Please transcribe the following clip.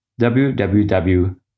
www